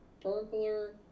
burglar